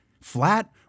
Flat